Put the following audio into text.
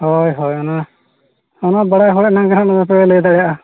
ᱦᱳᱭ ᱦᱳᱭ ᱚᱱᱟ ᱦᱮᱸ ᱵᱟᱲᱟᱭ ᱦᱚᱲ ᱮᱱᱟᱝ ᱜᱮ ᱦᱟᱸᱜ ᱱᱚᱣᱟ ᱠᱚᱫᱚᱭ ᱞᱟᱹᱭ ᱫᱟᱲᱮᱭᱟᱜᱼᱟ